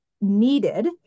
needed